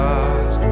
God